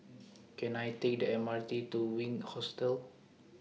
Can I Take The M R T to Wink Hostel